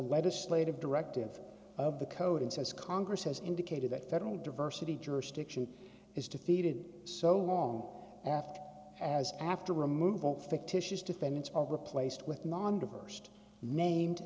legislative directive of the code and says congress has indicated that federal diversity jurisdiction is defeated so long after as after removal fictitious defendants are replaced with non divorced named